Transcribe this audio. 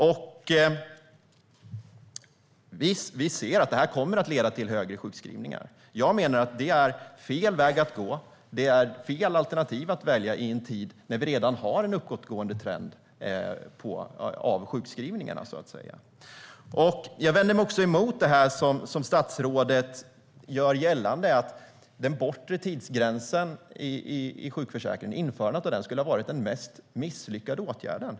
Visst ser vi att detta kommer att leda till längre sjukskrivningar. Jag menar att det är fel väg att gå. Det är fel alternativ att välja i en tid när vi redan har en uppåtgående trend i fråga om sjukskrivningarna. Jag vänder mig också mot det som ministern gör gällande om att införandet av den bortre tidsgränsen i sjukförsäkringen skulle ha varit den mest misslyckade åtgärden.